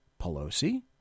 Pelosi